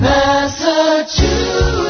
Massachusetts